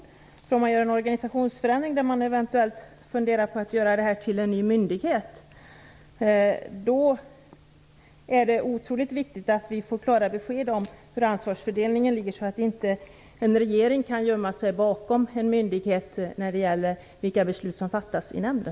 Om man genomför en organisationsförändring som innebär att man eventuellt gör nämnden till en ny myndighet, är det otroligt viktigt att vi får klara besked om ansvarsfördelningen, så att inte en regering kan gömma sig bakom en myndighet när det gäller vilka beslut som skall fattas i nämnden.